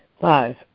five